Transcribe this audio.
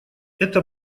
это